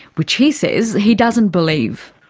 which he says he doesn't believe.